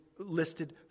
listed